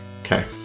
Okay